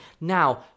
Now